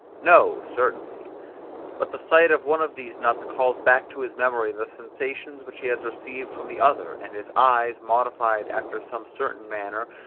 no, certainly but the sight of one of these nuts calls back to his memory the sensations which he has received from the other and his eyes, modified after some certain manner,